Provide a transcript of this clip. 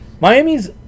Miami's